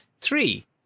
Three